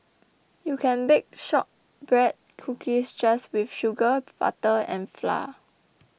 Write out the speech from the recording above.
you can bake Shortbread Cookies just with sugar butter and flour